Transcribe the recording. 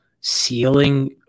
ceiling